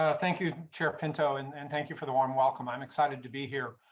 ah thank you chair pinto and and thank you for the warm welcome. i'm excited to be here.